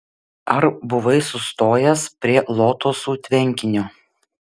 ar buvai sustojęs prie lotosų tvenkinio